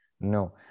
No